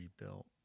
rebuilt